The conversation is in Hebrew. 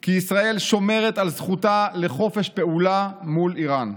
כי ישראל שומרת על זכותה לחופש פעולה מול איראן.